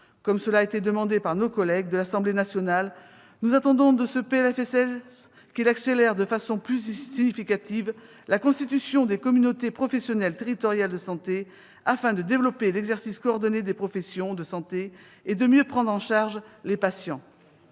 Comme nos collègues de l'Assemblée nationale, « nous attendons de ce PLFSS qu'il accélère, de façon plus significative, la constitution des communautés professionnelles territoriales de santé, afin de développer l'exercice coordonné des professions de santé et de mieux prendre en charge les patients